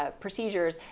ah procedures,